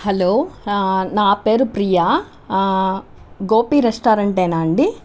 hello నా పేరు ప్రియా గోపి రెస్టారంటేనా అండీ